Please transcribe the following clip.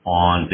on